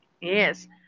Yes